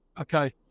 Okay